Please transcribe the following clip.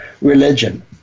religion